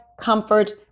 comfort